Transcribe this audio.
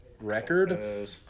record